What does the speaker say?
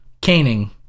caning